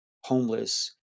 homeless